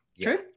True